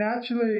naturally